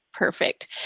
Perfect